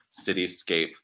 cityscape